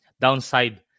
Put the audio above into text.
downside